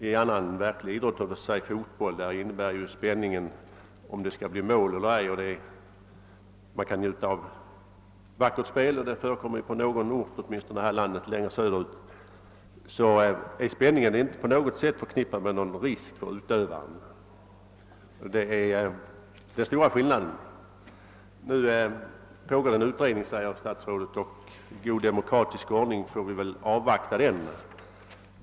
I annan verklig idrott, låt oss säga fotboll, innebär spänningen om det skall bli mål eller ej. Man kan njuta av vackert spel — det förekommer åtminstone i någon ort här i landet söderut. Spänningen är där inte förknippad med någon risk för utövaren. Det är den stora skillnaden mot motorsporttävlingar. Nu pågår en utredning, säger statsrådet, och i god demokratisk ordning får vi väl avvakta resultatet av den.